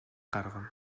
гаргана